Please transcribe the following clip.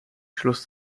schluss